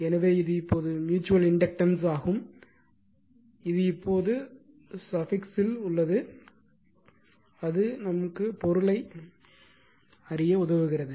எனவே இது இப்போது ம்யூச்சுவல் இண்டக்டன்ஸ் ஆகும் இது இப்போது r சஃபிக்ஸ் பொருளைக் காண உதவுகிறது